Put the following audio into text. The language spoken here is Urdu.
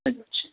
اچھا